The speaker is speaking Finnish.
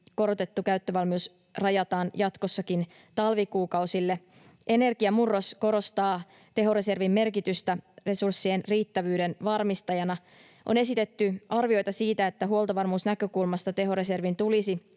korotettu käyttövalmius rajataan jatkossakin talvikuukausille. Energiamurros korostaa tehoreservin merkitystä resurssien riittävyyden varmistajana. On esitetty arvioita siitä, että huoltovarmuusnäkökulmasta tehoreservin tulisi